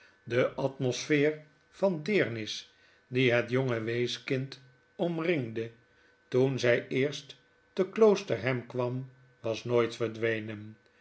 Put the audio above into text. de atmosfeer van deernis die het jonge weeskind omringde toen zy eerst te kloosterham kwam was nooit verdwenen